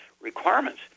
requirements